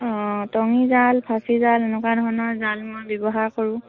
অঁ টঙি জাল ফাঁচি জাল এনেকুৱা ধৰণৰ জাল মই ব্যৱহাৰ কৰোঁ